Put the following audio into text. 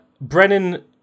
Brennan